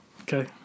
okay